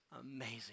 amazing